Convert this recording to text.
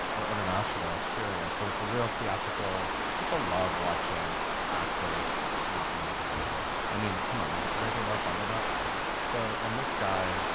or international experience, but it's a real theatrical. people love watching actors not knowing what they're gonna do. i mean, come on, is there anything more fun than that? ah so and this guy,